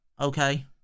okay